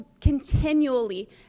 continually